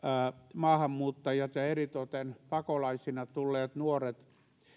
maahanmuuttajat ja eritoten pakolaisina tulleet nuoret